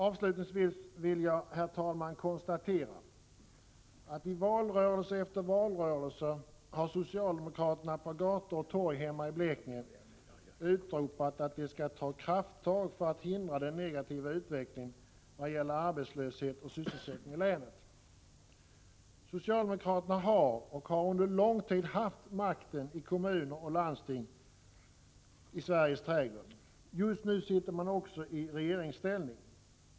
Avslutningsvis vill jag, herr talman, konstatera följande: I valrörelse efter valrörelse har socialdemokraterna på gator och torg hemma i Blekinge utropat att de skall ta krafttag för att hindra den negativa utvecklingen vad gäller arbetslöshet och sysselsättning i länet. Socialdemokraterna har i dag, och har under lång tid haft, makten i kommuner och landsting i Sveriges trädgård. Just nu är socialdemokraterna också i regeringsställning.